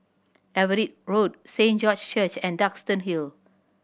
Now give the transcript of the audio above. Everitt Road Saint George's Church and Duxton Hill